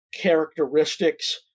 characteristics